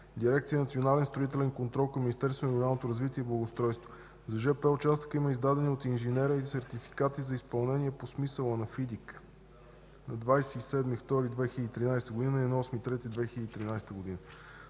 дирекция „Национален строителен контрол” към Министерството на регионалното развитие и благоустройството. За жп участъка има издадени от инженера и сертификати за изпълнение по смисъла на ФИДИК на 27.02.2013 г. и на 08.03.2013 г.